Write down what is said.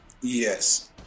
Yes